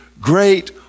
great